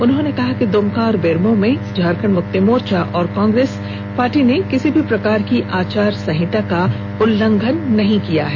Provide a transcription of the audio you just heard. उन्होंने कहा कि दुमका और बेरमो में झारखण्ड मुक्ति मोर्चा और कांग्रेस पार्टी ने किसी भी प्रकार की अचार संहिता का उल्लंघन नही किया है